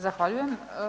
Zahvaljujem.